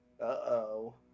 Uh-oh